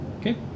Okay